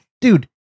dude